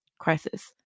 crisis